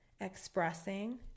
expressing